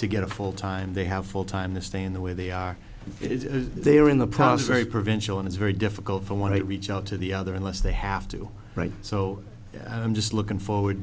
to get a full time they have full time to stay in the way they are it is there in the past very provincial and it's very difficult for want to reach out to the other unless they have to right so i'm just looking forward